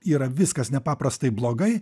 yra viskas nepaprastai blogai